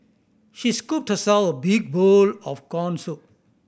she scooped herself a big bowl of corn soup